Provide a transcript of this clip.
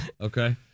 Okay